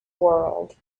world